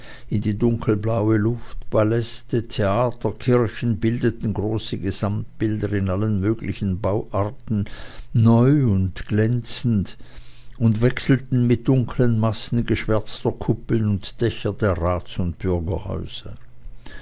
in die dunkelblaue luft paläste theater kirchen bildeten große gesamtbilder in allen möglichen bauarten neu und glänzend und wechselten mit dunklen massen geschwärzter kuppeln und dächer der rats und bürgerhäuser